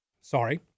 Sorry